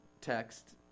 text